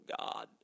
God